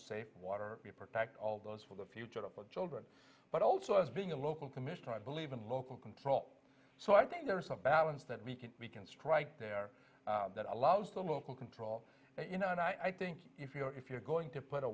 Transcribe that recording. safe water we protect all those for the future of our children but also as being a local commissioner i believe in local control so i think there is some balance that we can we can strike there that allows the local control you know and i think if you know if you're going to put a